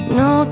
no